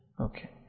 Okay